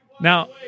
Now